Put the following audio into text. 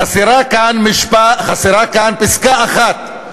חסרה כאן פסקה אחת,